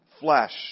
flesh